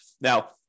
Now